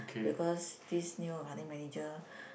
because this new accounting manager